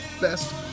best